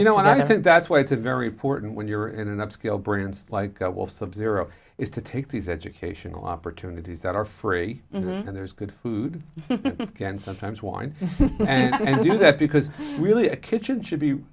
module no one i think that's why it's a very important when you're in an upscale brands like a wolf subzero is to take these educational opportunities that are free and there's good food and sometimes wine and you know that because really a kitchen should be